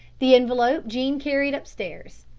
the envelope jean carried upstairs,